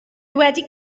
wedi